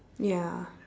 ya